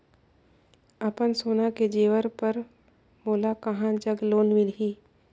अपन सोना के जेवर पर मोला कहां जग लोन मिलही?